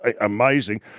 amazing